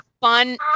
fun